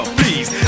please